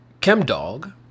Chemdog